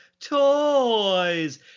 toys